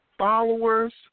Followers